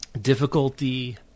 difficulty